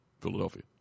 Philadelphia